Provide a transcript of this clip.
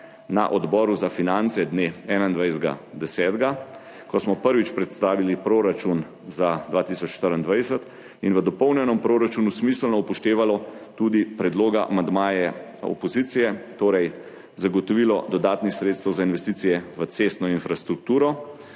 na Odboru za finance dne 21. 10., ko smo prvič predstavili proračun za 2024, in v dopolnjenem proračunu smiselno upoštevalo tudi predloga, amandmaje opozicije, torej zagotovilo dodatnih sredstev za investicije v cestno infrastrukturo